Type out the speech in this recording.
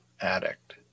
addict